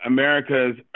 America's